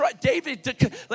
David